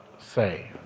say